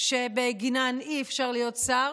בעבירות שבגינן אי-אפשר להיות שר,